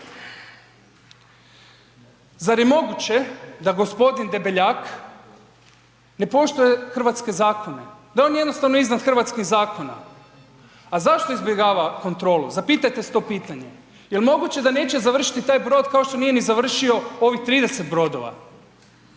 Zar je moguće da g. Debeljak ne poštuje hrvatske zakone? Da je on jednostavno iznad hrvatskih zakona? A zašto izbjegava kontrolu, zapitajte se to pitanje. Je li moguće da neće završiti taj brod, kao što nije ni završio ovih 30 brodova.